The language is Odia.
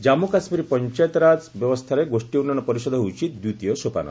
ଜନ୍ମୁ କାଶ୍ମୀର ପଞ୍ଚାୟତିରାଜ ବ୍ୟବସ୍ଥାରେ ଗୋଷୀ ଉନ୍ନୟନ ପରିଷଦ ହେଉଛି ଦ୍ୱିତୀୟ ସୋପାନ